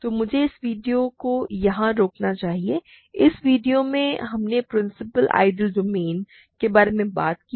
तो मुझे इस वीडियो को यहां रोकना चाहिए इस वीडियो में हमने प्रिंसिपल आइडियल डोमेन के बारे में बात की है